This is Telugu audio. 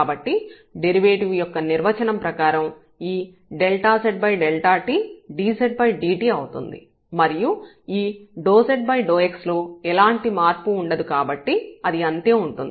కాబట్టి డెరివేటివ్ యొక్క నిర్వచనం ప్రకారం ఈ zt dzdt అవుతుంది మరియు ఈ ∂z∂x లో ఎలాంటి మార్పు ఉండదు కాబట్టి అది అంతే ఉంటుంది